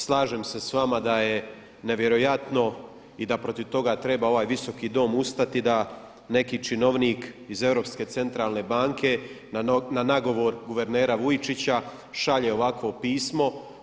Slažem se s vama da je nevjerojatno i da protiv toga treba ovaj Visoki dom ustati, da neki činovnik iz Europske centralne banke na nagovor guvernera Vujčića šalje ovakvo pismo.